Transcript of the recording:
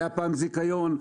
היה פעם זיכיון,